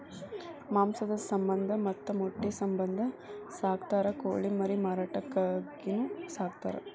ಮಾಂಸದ ಸಮಂದ ಮತ್ತ ಮೊಟ್ಟಿ ಸಮಂದ ಸಾಕತಾರ ಕೋಳಿ ಮರಿ ಮಾರಾಟಕ್ಕಾಗಿನು ಸಾಕತಾರ